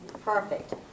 perfect